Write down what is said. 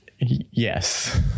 Yes